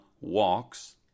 walks